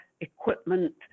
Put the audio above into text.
equipment